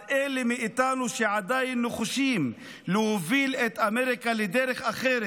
אז אלה מאיתנו שעדיין נחושים להוביל את אמריקה לדרך אחרת,